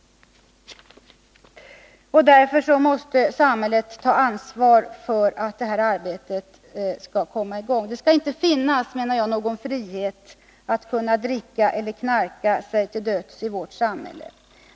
Samhället måste ta sitt ansvar för detta. Det skall inte finnas någon frihet att dricka eller knarka sig till döds i vårt samhälle.